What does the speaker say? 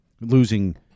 losing